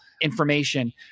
information